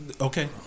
Okay